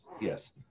yes